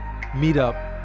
meetup